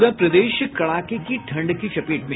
पूरा प्रदेश कड़ाके की ठंड की चपेट में